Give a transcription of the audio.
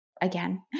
again